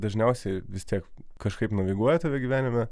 dažniausiai vis tiek kažkaip naviguoja tave gyvenime